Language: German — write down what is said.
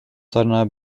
seiner